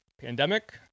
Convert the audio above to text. pandemic